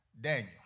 Daniel